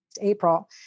April